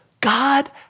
God